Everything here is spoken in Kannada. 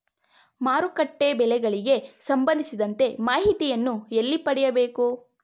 ಮಾರುಕಟ್ಟೆ ಬೆಲೆಗಳಿಗೆ ಸಂಬಂಧಿಸಿದಂತೆ ಮಾಹಿತಿಯನ್ನು ಎಲ್ಲಿ ಪಡೆಯಬೇಕು?